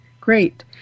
great